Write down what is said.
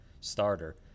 starter